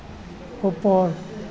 ওপৰ